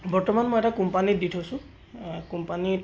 বৰ্তমান মই এটা কোম্পানীত দি থৈছোঁ কোম্পানীত